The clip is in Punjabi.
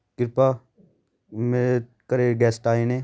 ਕਿਰਪਾ ਮੇਰੇ ਘਰ ਗੈਸਟ ਆਏ ਨੇ